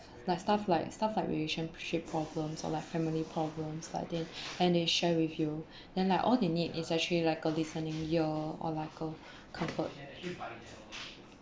like stuff like stuff like relationship problems or like family problems like that and they share with you then like all they need is actually like a listening ear or like uh comfort